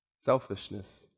Selfishness